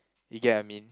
you get what I mean